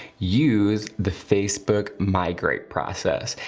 use the facebook migrate process.